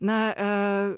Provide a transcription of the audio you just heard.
na a